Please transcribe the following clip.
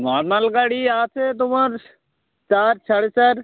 normal গাড়ি আছে তোমার চার সাড়ে চার